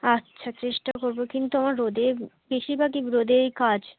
আচ্ছা চেষ্টা করবো কিন্তু আমার রোদে বেশিরভাগই রোদেই কাজ